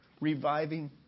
reviving